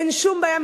אין שום בעיה.